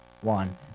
one